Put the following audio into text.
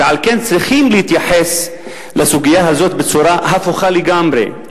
ועל כן צריכים להתייחס לסוגיה הזאת בצורה הפוכה לגמרי,